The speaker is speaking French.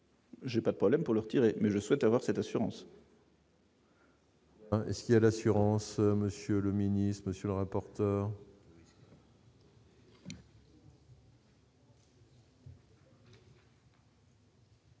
J'ai pas de problème pour leur tirer je souhaite avoir cette assurance. à l'assurance, monsieur le ministre, monsieur le rapporteur.